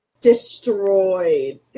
destroyed